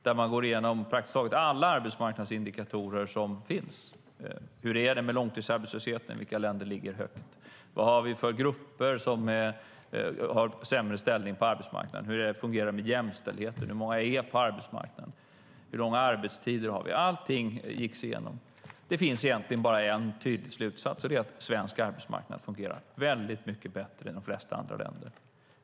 Där går man igenom praktiskt taget alla de arbetsmarknadsindikatorer som finns - hur det är med långtidsarbetslösheten, vilka länder som ligger högt, vad vi har för grupper som har sämre ställning på arbetsmarknaden, hur det fungerar med jämställdheten, hur många som finns på arbetsmarknaden, hur långa arbetstider vi har. Allting gicks igenom. Det finns egentligen bara en tydlig slutsats, och det är att svensk arbetsmarknad fungerar mycket bättre än de flesta andra länders.